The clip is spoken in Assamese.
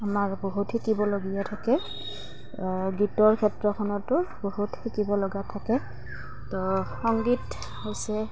আমাৰ বহুত শিকিবলগীয়া থাকে গীতৰ ক্ষেত্ৰখনতো বহুত শিকিব লগা থাকে তো সংগীত হৈছে